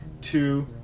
two